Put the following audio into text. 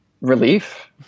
Relief